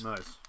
Nice